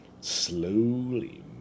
Slowly